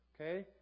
Okay